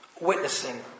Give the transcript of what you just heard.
witnessing